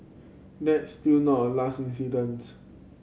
there still not last incidents